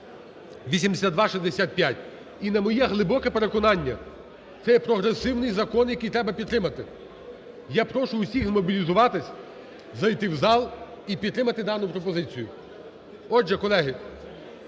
(8265). І, на моє глибоке переконання, це є прогресивний закон, який треба підтримати. Я прошу всіх змобілізуватись, зайти в зал і підтримати дану пропозицію. Отже, колеги,